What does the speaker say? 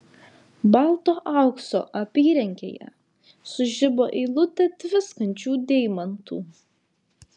balto aukso apyrankėje sužibo eilutė tviskančių deimantų